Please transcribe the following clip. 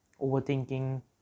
overthinking